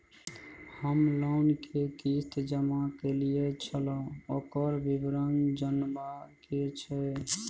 हम लोन के किस्त जमा कैलियै छलौं, ओकर विवरण जनबा के छै?